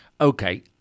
Okay